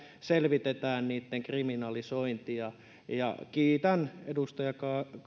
selvitetään niiden kriminalisointia kiitän edustaja